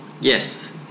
Yes